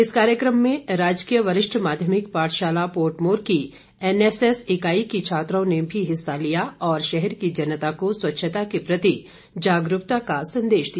इस कार्यक्रम में राजकीय वरिष्ठ माध्यमिक पाठशाला पोर्टमोर की एनएसएस इकाई की छात्राओं ने भी हिस्सा लिया और शहर की जनता को स्वच्छता के प्रति जागरूकता का संदेश दिया